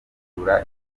zibura